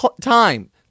time